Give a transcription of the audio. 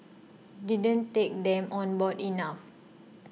didn't take them on board enough